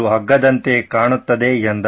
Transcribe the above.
ಇದು ಹಗ್ಗದಂತೆ ಕಾಣುತ್ತದೆ ಎಂದ